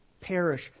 perish